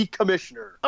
commissioner